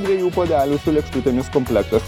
dviejų puodelių su lėkštutėmis komplektas